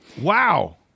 Wow